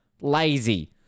Lazy